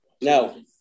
No